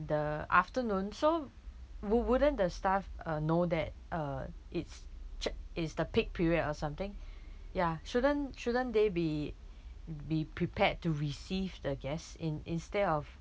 the afternoon so wo~ wouldn't the staff uh know that uh it's ch~ it's the peak period or something ya shouldn't shouldn't they be be prepared to receive the guests in~ instead of